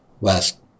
West